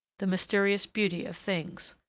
the mysterious beauty of things,